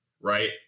right